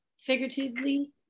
figuratively